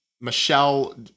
Michelle